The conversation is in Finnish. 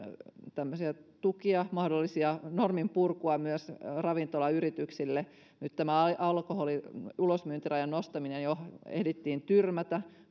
tämmöisiä tukia mahdollista norminpurkua ravintolayrityksille nyt tämä alkoholin ulosmyyntirajan nostaminen jo ehdittiin tyrmätä